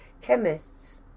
chemists